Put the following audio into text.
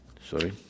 sorry